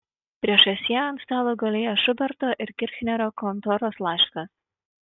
priešais ją ant stalo gulėjo šuberto ir kirchnerio kontoros laiškas